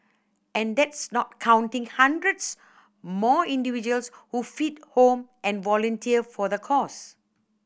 and that's not counting hundreds more individuals who feed home and volunteer for the cause